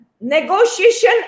negotiation